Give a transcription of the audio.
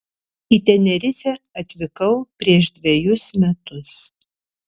į tenerifę atvykau prieš dvejus metus